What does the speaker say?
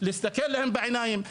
להסתכל להם בעיניים,